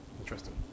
Interesting